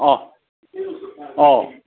অঁ অঁ